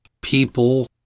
people